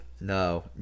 no